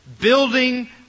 building